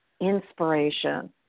inspiration